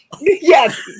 yes